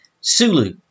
Sulu